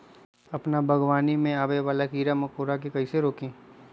अपना बागवानी में आबे वाला किरा मकोरा के कईसे रोकी?